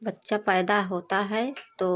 बच्चा पैदा होता है तो